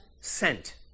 sent